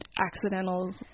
accidental